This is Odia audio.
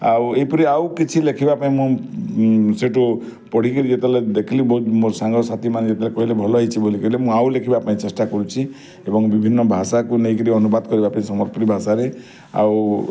ଆଉ ଏହିପରି ଆଉ କିଛି ଲେଖିବା ପାଇଁ ମୁଁ ସେଠୁ ପଢ଼ିକି ଯେତେବେଳେ ଦେଖିଲେ ମୋ ସାଙ୍ଗସାଥି ମାନେ ଯେତେବେଳେ କହିଲେ ଭଲ ହେଇଛି ବୋଲିକି ମୁଁ ଆଉ ଲେଖିବା ପାଇଁ ଚେଷ୍ଟା କରୁଛି ଏବଂ ବିଭିନ୍ନ ଭାଷାକୁ ନେଇକିରି ଅନୁବାଦ କରିବା ପାଇଁ ସମ୍ବଲପୁରୀ ଭାଷାରେ ଆଉ